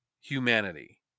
humanity